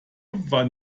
war